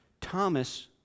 Thomas